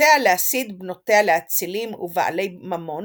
תקוותיה להשיא את בנותיה לאצילים ובעלי ממון